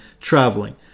traveling